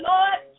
Lord